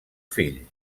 fill